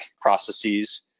processes